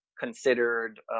considered